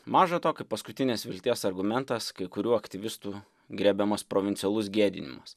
maža to kai paskutinės vilties argumentas kai kurių aktyvistų griebiamas provincialus gėdinimas